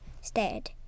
stared